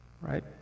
right